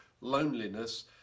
loneliness